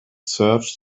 searched